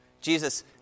Jesus